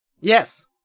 Yes